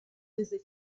desde